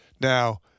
Now